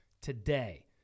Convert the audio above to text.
today